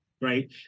right